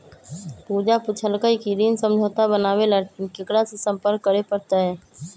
पूजा पूछल कई की ऋण समझौता बनावे ला केकरा से संपर्क करे पर तय?